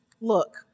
Look